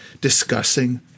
discussing